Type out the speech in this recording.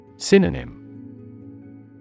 Synonym